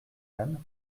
anne